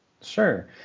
Sure